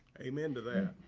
amen to that.